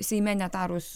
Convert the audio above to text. seime netarus